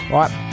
right